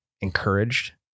encouraged